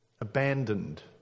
Abandoned